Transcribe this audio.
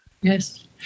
Yes